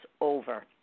over